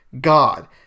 God